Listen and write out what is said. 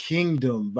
Kingdom